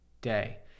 day